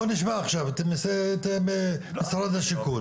בוא נשמע עכשיו את משרד השיכון.